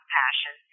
passion